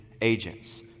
agents